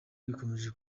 bikomeje